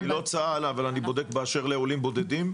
אני לא צה"ל אבל אני בודק באשר לעולים בודדים.